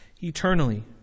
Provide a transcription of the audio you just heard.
eternally